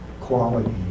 quality